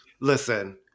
Listen